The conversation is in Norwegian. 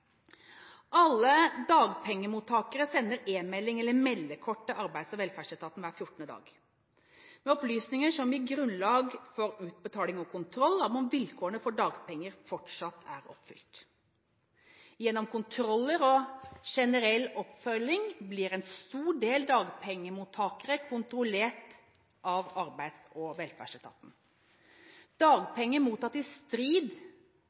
Alle dagpengemottakere sender e-melding eller meldekort til Arbeids- og velferdsetaten hver 14. dag med opplysninger som gir grunnlag for utbetaling og kontroll av om vilkårene for dagpenger fortsatt er oppfylt. Gjennom kontroller og generell oppfølging blir en stor del dagpengemottakere kontrollert av Arbeids- og velferdsetaten. Dagpenger mottatt i strid